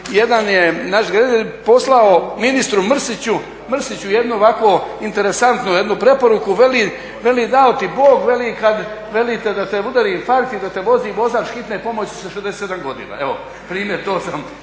jedan naš građanin poslao ministru Mrsiću jednu ovako interesantnu preporuku, veli dao ti Bog kada te udari infarkt i da te vozi vozač hitne pomoći sa 67 godina, evo primjer toga sam